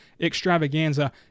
extravaganza